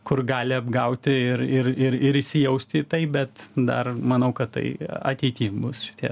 kur gali apgauti ir ir ir ir įsijausti į tai bet dar manau kad tai ateity bus šitie